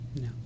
No